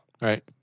right